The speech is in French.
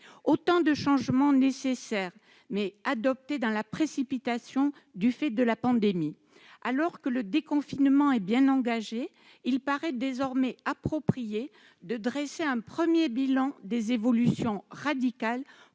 Autant de changements nécessaires, mais adoptés dans la précipitation du fait de la pandémie. Alors que le déconfinement est bien engagé, il paraît approprié de dresser un premier bilan des évolutions radicales